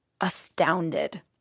astounded